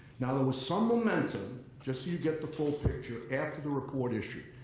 now, there was some momentum, just so you get the full picture, after the report issued.